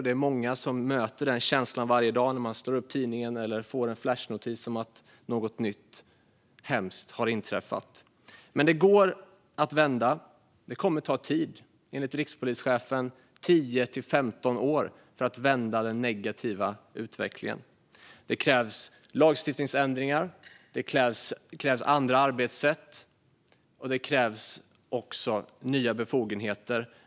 Det är många som får den känslan varje dag när de slår upp en tidning eller får en flashnotis om att något nytt hemskt har inträffat. Men det går att vända situationen. Det kommer att ta tid - enligt rikspolischefen 10-15 år - att vända den negativa utvecklingen. Det krävs lagstiftningsändringar, andra arbetssätt och nya befogenheter.